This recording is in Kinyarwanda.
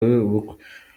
ubukwe